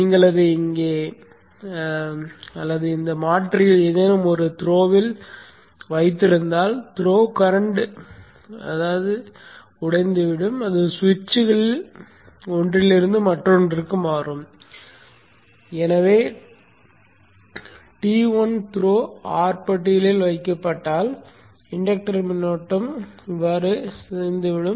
நீங்கள் அதை இங்கே அல்லது இந்த மாற்றியில் ஏதேனும் ஒரு த்ரோவில் வைத்திருந்தால் த்ரோ கரண்ட் உடைந்து விடும் அது சுவிட்சுகள் ஒன்றிலிருந்து மற்றொன்றுக்கு மாறும் எனவே இது T1 த்ரோ R பட்டியில் வைக்கப்பட்டால் இன்டக்டர் மின்னோட்டம் உடைந்து விடும்